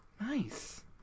Nice